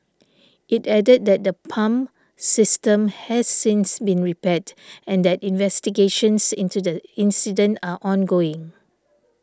it added that the pump system has since been repaired and that investigations into the incident are ongoing